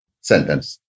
sentence